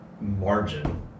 margin